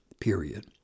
period